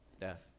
Death